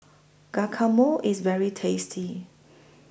Guacamole IS very tasty